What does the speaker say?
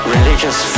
Religious